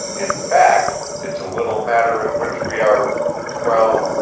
in fact, it's a little matter in which we are well,